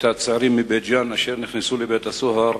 הצעירים מבית-ג'ן אשר הוכנסו לבית-סוהר